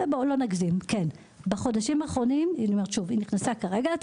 בואי לא נגזים רק עכשיו נפתח התפקיד,